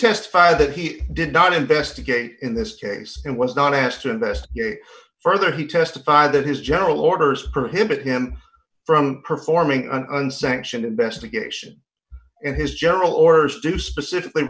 testified that he did not investigate in this case and was not asked to investigate further he testified that his general orders for him to him from performing an unsanctioned investigation and his general orders do specifically